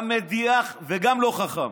גם מדיח וגם לא חכם.